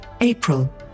April